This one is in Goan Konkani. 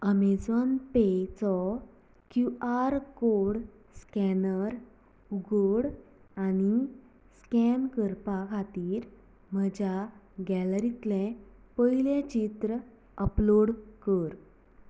अमेझॉन पे चो क्यू आर कोड स्कॅनर उगड आनी स्कॅन करपा खातीर म्हज्या गॅलरींतलें पयलें चित्र अपलोड कर